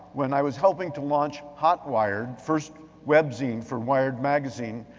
when i was helping to launch hotwired, first webzine for wired magazine.